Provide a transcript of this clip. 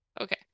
okay